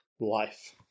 life